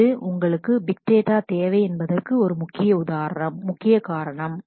அது ஒரு உங்களுக்கு பிக் டேட்டா தேவை என்பதற்கு ஒரு முக்கிய காரணம்